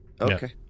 Okay